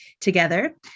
together